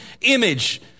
image